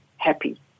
Happy